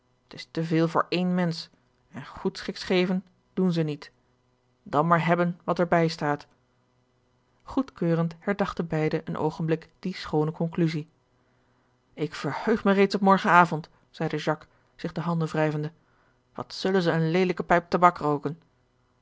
is te veel voor één mensch en goedschiks geven doen zij niet dan maar hebben wat er bij staat goedkeurend herdachten beide een oogenblik die schoone conclusie ik verheug mij reeds op morgen avond zeide jacques zich de handen wrijvende wat zullen zij een leelijke pijp tabak rooken